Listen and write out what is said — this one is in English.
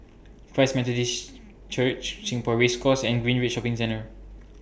Christ Methodist Church Singapore Race Course and Greenridge Shopping Centre